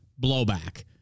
blowback